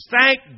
Thank